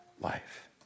life